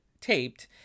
taped